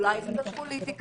אולי קצת פוליטיקה.